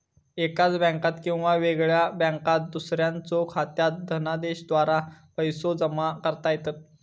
एकाच बँकात किंवा वेगळ्या बँकात दुसऱ्याच्यो खात्यात धनादेशाद्वारा पैसो जमा करता येतत